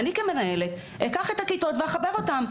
אני גם מנהלת, אקח את הכיתות ואחבר אותן.